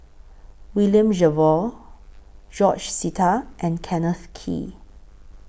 William Jervois George Sita and Kenneth Kee